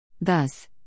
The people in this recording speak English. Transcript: Thus